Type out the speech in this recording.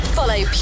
Follow